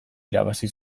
irabazi